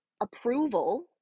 approval